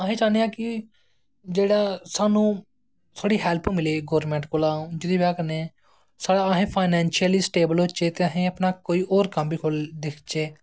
असें चाह्न्ने आं कि जेह्ड़ा सानूं थोह्ड़ी हैल्प मिले गोरमैंट कोला जेह्दी बज़ह् कन्नै साढ़ा अस फाईनैंशली स्टेबल होचै ते असें अपना कोई होर कम्म बी खोल दिखचै